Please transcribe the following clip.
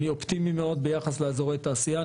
אני אופטימי מאוד ביחס לאזורי תעשייה,